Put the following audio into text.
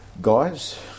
Guys